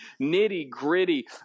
nitty-gritty